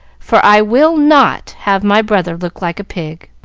for i will not have my brother look like a pig.